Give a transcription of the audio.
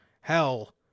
Hell